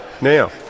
Now